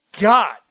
God